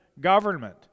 government